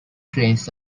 trains